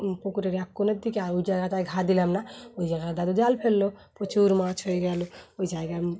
পুকুরের এক কোনের দিকে আর ওই জায়গাটায় ঘা দিলাম না ওই জায়গায় দাদু জাল ফেললো প্রচুর মাছ হয়ে গেলো ওই জায়গায়